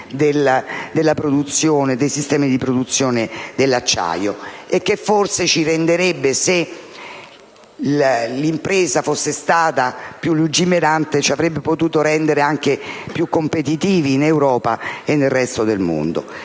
dell'ammodernamento dei sistemi di produzione dell'acciaio e che forse, se l'impresa fosse stata più lungimirante, avrebbe potuto renderci più competitivi in Europa e nel resto del mondo.